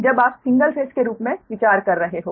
जब आप single phase के रूप में विचार कर रहे हों